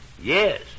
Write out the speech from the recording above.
Yes